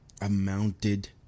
amounted